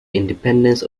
independence